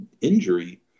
injury